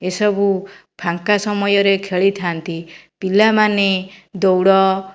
ଏସବୁ ଫାଙ୍କା ସମୟରେ ଖେଳିଥାନ୍ତି ପିଲାମାନେ ଦୌଡ଼